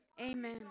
amen